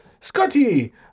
Scotty